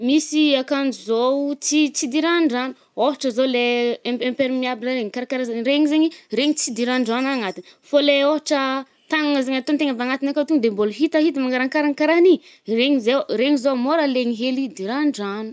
Misy i akanjo zaoo tsy tsidiran-drano. Ôhatra le imp-imperméable regny, kar-karahazan-dregny zaigny i, regny tsidiran-drano agnatiny. Fô le ôhatra tanana zaigny atôn-tegna avy anatiny akà to de mbôla hitahita magnarankaragny karahany ,regny zao regny zao mora legny hely idiran-dragno.